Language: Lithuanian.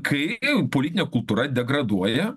kai politinė kultūra degraduoja